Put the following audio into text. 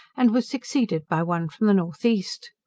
and was succeeded by one from the north-east.